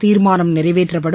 தீர்மானம் நிறைவேற்றப்படும்